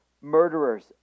murderers